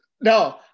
No